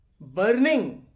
burning